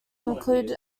include